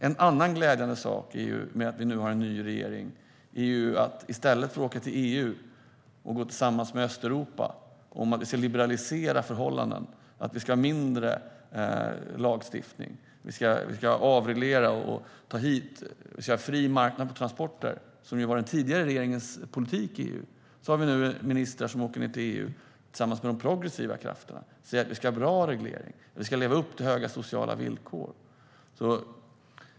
En annan glädjande sak med att vi har en ny regering är att vi i stället för att åka till EU och gå ihop med Östeuropa om att liberalisera förhållanden, ha mindre lagstiftning, avreglera och ha fri marknad på transporter, vilket var den tidigare regeringens politik i EU, nu har ministrar som åker ned till EU tillsammans med de progressiva krafterna. Vi säger att vi ska ha bra reglering och att vi ska leva upp till höga sociala villkor.